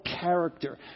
character